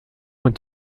est